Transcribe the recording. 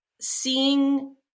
seeing